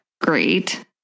great